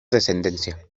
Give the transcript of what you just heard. descendencia